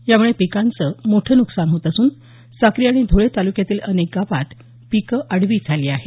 यामुळे पिकांचं मोठं न्कसान होत असून साक्री आणि धुळे तालुक्यातील अनेक गावांत पिकं आडवी झाली आहेत